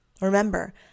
Remember